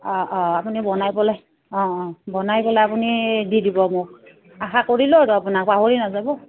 অঁ অঁ আপুনি বনাই পেলাই অঁ অঁ বনাই পেলাই আপুনি দি দিব মোক আশা পাহৰি নাযাব